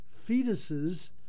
fetuses